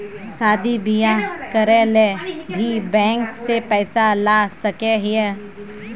शादी बियाह करे ले भी बैंक से पैसा ला सके हिये?